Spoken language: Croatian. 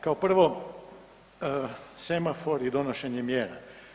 Kao prvo semafor i donošenje mjera.